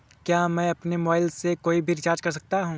क्या मैं अपने मोबाइल से कोई भी रिचार्ज कर सकता हूँ?